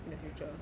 in the future